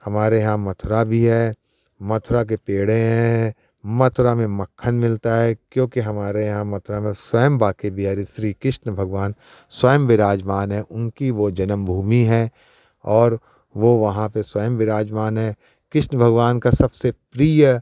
हमारे यहाँ मथुरा भी है मथुरा के पेड़े हैं मथुरा में मक्खन मिलता है क्योंकि हमारे यहाँ मथुरा में स्वयं बाँके बिहारी श्री कृष्ण भगवान स्वयं विराजमान हैं उनकी वो जन्म भूमि है और वो वहाँ पे स्वयं विराजमान हैं कृष्ण भगवान का सबसे प्रिय